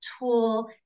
tool